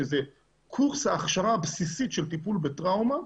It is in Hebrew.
שזה קורס ההכשרה הבסיסית של טיפול בטראומה,